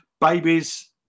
Babies